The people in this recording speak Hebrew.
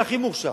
והכי מוכשר,